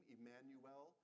Emmanuel